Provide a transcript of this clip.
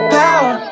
power